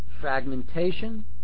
fragmentation